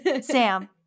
Sam